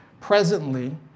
Presently